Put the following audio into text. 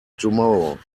tomorrow